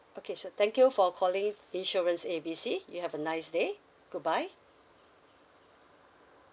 okay so thank you for calling insurance A B C you have a nice day goodbye